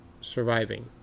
surviving